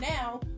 now